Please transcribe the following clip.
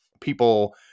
people